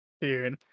Dude